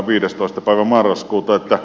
päivä marraskuuta